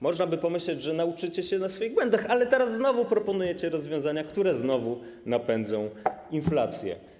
Można by pomyśleć, że nauczycie się na swoich błędach, ale teraz znowu proponujecie rozwiązania, które napędzą inflację.